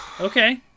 okay